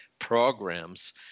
Programs